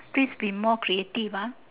please be more creative ah